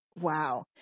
Wow